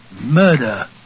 Murder